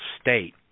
state